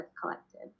collected